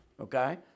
okay